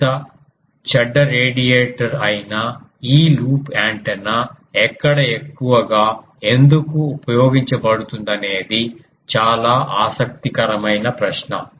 ఇంత చెడ్డ రేడియేటర్ అయిన ఈ లూప్ యాంటెన్నా ఎక్కడ ఎక్కువగా ఎందుకు ఉపయోగించబడుతుందనేది చాలా ఆసక్తికరమైన ప్రశ్న